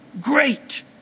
great